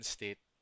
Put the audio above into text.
State